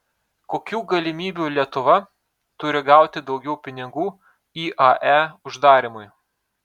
kokių galimybių lietuva turi gauti daugiau pinigų iae uždarymui